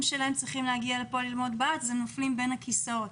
שלהם צריכים להגיע לפה ללמוד בארץ הם נופלים בין הכיסאות.